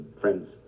friends